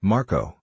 Marco